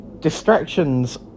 distractions